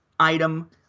item